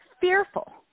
fearful